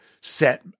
set